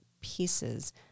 pieces